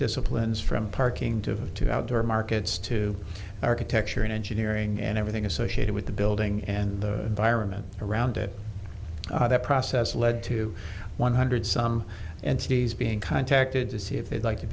disciplines from parking to outdoor markets to architecture and engineering and everything associated with the building and the environment around it that processes to one hundred some entities being contacted to see if they'd like to